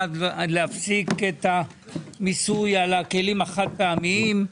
להפסיק את המיסוי על הכלים החד-פעמיים.